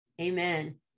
Amen